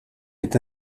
est